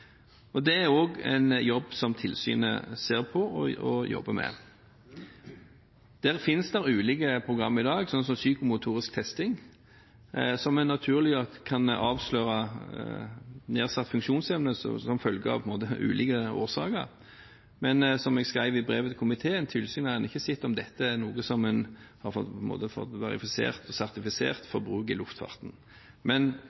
er også noe som tilsynet ser på og jobber med. Der finnes det ulike program i dag, slik som psykomotorisk testing, som kan avsløre nedsatt funksjonsevne som følge av ulike årsaker. Men tilsynet har, som jeg skrev i brevet til komiteen, ennå ikke sett om dette er noe som en har fått verifisert og sertifisert for bruk i luftfarten, men dette er selvsagt noe som en jobber med. Når anbefalingene og